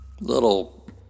little